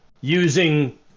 using